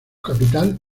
capital